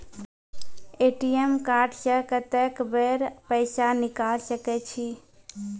ATM card से कत्तेक बेर पैसा निकाल सके छी?